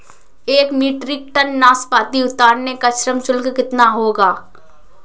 एक metric ton नाशपाती उतारने का श्रम शुल्क कितना होगा?